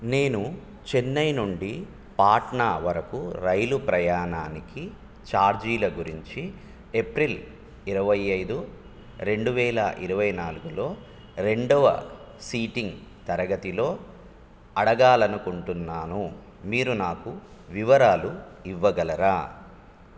నేను చెన్నై నుండి పాట్నా వరకు రైలు ప్రయాణానికి ఛార్జీల గురించి ఏప్రిల్ ఇరవై ఐదు రెండు వేల ఇరవై నాలుగులో రెండవ సీటింగ్ తరగతిలో అడగాలి అనుకుంటున్నాను మీరు నాకు వివరాలు ఇవ్వగలరా